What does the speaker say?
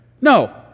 No